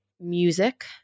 music